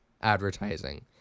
advertising